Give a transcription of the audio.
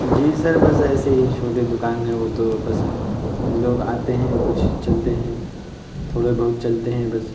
جی sir بس ایسے ہی چھوٹی دکان ہے وہ تو بس لوگ آتے ہیں کچھ چلتے ہیں تھوڑے بہت چلتے ہیں بس